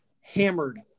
hammered